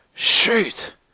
Shoot